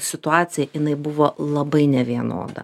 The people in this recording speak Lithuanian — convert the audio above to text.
situaciją jinai buvo labai nevienoda